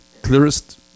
clearest